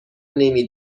نمی